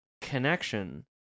connection